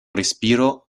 respiro